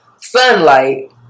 sunlight